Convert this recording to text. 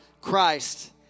Christ